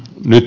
nyt